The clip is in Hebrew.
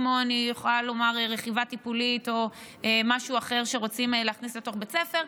כמו רכיבה טיפולית או משהו אחר שרוצים להכניס לתוך בית הספר,